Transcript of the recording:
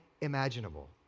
imaginable